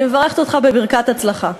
אני מברכת אותך בברכת הצלחה.